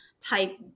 type